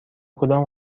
کدام